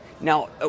Now